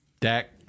Dak